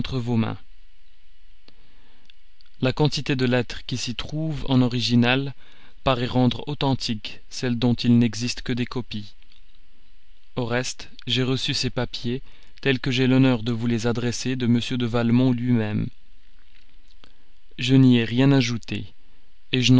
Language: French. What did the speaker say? la quantité de lettres qui s'y trouvent en original paraît rendre authentiques celles dont il n'existe que des copies au reste j'ai reçu ces papiers tels que j'ai l'honneur de vous les adresser de m de valmont lui-même je n'y ai rien ajouté